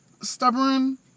stubborn